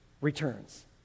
returns